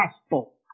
gospel